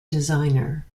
designer